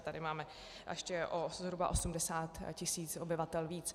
Tady máme ještě o zhruba 80 tisíc obyvatel víc.